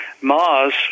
Mars